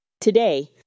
Today